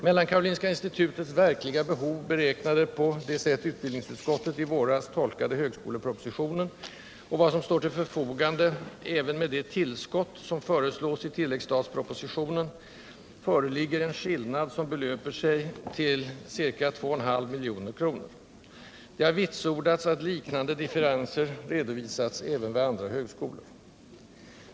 Mellan Karolinska institutets verkliga behov, beräknade på det sätt på vilket utbildningsutskottet i våras tolkade högskolepropositionen, och vad som nu står till förfogande — även med det tillskott som föreslås i tilläggsstatspropositionen — föreligger en skillnad, som belöper sig till ca 2,5 milj.kr. Det har vitsordats att liknande differenser redovisats även vid andra högskolor.